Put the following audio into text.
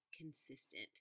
consistent